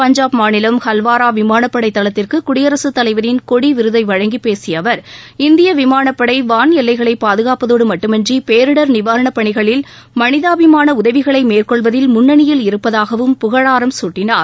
பஞ்சாப் மாநிலம் ஹல்வாரா விமானப்படை தளத்திற்கு குடியரசுத் தலைவரின் கொடி விருதை வழங்கிப் பேசிய அவர் இந்திய விமானப்படை வான் எல்லைகளை பாதுகாப்பதோடு மட்டுமின்றி பேரிடர் நிவாரணப் பணிகளில் மனிதாபிமான உதவிகளை மேற்கொள்வதில் முன்னணியில் இருப்பதாகவும் புகழாரம் சூட்டினார்